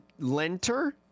Lenter